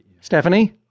stephanie